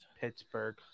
Pittsburgh